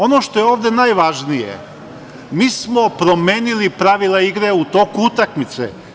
Ono što je ovde najvažnije, mi smo promenili pravila igre u toku utakmice.